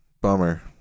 bummer